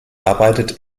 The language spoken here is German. arbeitet